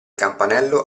campanello